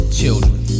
children